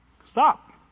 Stop